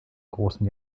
großen